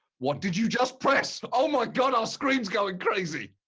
what did you just press? oh, my god! our screen is going crazy!